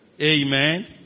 Amen